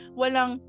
walang